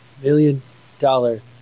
Million-dollar